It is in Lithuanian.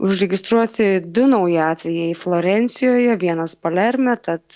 užregistruoti du nauji atvejai florencijoje vienas palerme tad